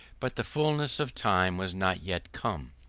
but the fulness of time was not yet come.